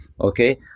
okay